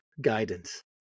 guidance